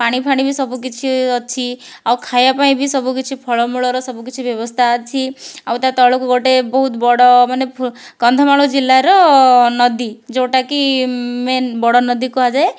ପାଣି ଫାଣି ବି ସବୁ କିଛି ଅଛି ଆଉ ଖାଇବା ପାଇଁ ବି ସବୁ କିଛି ଫଳମୂଳର ସବୁ କିଛି ବ୍ୟବସ୍ଥା ଅଛି ଆଉ ତା' ତଳକୁ ଗୋଟେ ବହୁତ ବଡ଼ ମାନେ କନ୍ଧମାଳ ଜିଲ୍ଲାର ନଦୀ ଯେଉଁଟା କି ମେନ୍ ବଡ଼ ନଦୀ କୁହାଯାଏ